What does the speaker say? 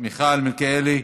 מיכאל מלכיאלי,